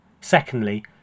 Secondly